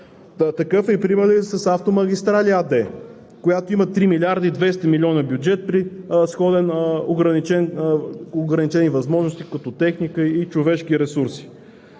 Такъв е и примерът с „Автомагистрали“ АД, която има 3 млрд. и 200 милиона бюджет – ограничени възможности като техника и човешки ресурси,